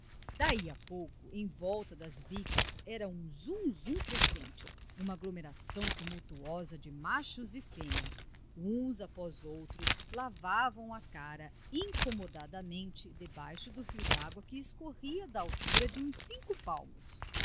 daí a pouco em volta das bicas era um zunzum crescente uma aglomeração tumultuosa de machos e fêmeas uns após outros lavavam a cara incomodamente debaixo do fio de água que escorria da altura de uns cinco palmos